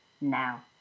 now